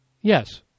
Yes